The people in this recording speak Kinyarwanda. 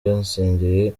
yasengeye